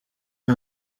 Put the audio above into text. you